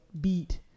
beat